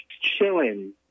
chilling